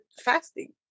fasting